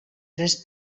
tres